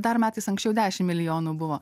dar metais anksčiau dešim milijonų buvo